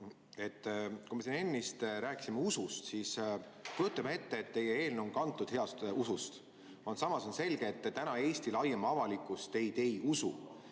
Kui me siin ennist rääkisime usust, siis kujutame ette, et teie eelnõu on kantud heast usust. Aga samas on selge, et täna Eesti laiem avalikkus teid ei usu.